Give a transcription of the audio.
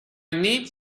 need